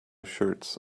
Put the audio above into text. shirts